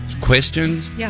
questions